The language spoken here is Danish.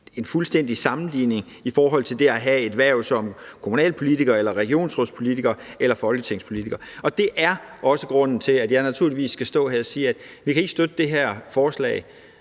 en fuldstændig sammenligning mellem det at have et hverv som kommunalpolitiker, regionsrådspolitiker eller folketingspolitiker, og det er også grunden til, at jeg naturligvis skal stå her og sige, at vi ikke kan støtte det her forslag,